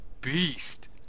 beast